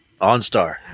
OnStar